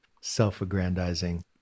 self-aggrandizing